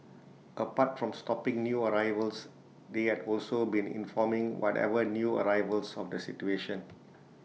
apart from stopping new arrivals they had also been informing whatever new arrivals of the situation